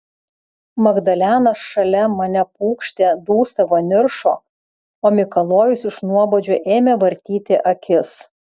magdalena šalia mane pūkštė dūsavo niršo o mikalojus iš nuobodžio ėmė vartyti akis